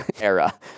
era